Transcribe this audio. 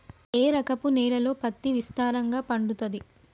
ఏ రకపు నేలల్లో పత్తి విస్తారంగా పండుతది?